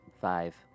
five